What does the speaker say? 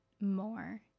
more